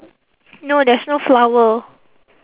no there's no flower